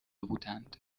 بودند